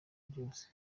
ryose